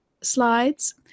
slides